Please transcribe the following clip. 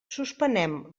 suspenem